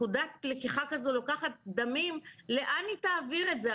כשנקודת לקיחה כזו לוקחת דמים לאן היא תעביר את זה?